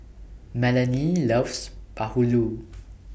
Melony loves Bahulu